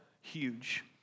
huge